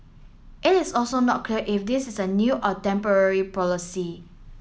it is also not clear if this is a new or temporary policy